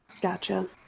Gotcha